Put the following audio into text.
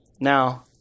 Now